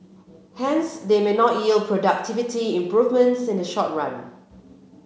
hence they may not yield productivity improvements in the short run